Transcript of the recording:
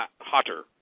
hotter